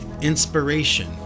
inspiration